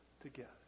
together